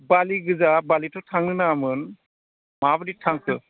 बालि गोजा बालि थ' थांनो नाङामोन माब्रै थांखो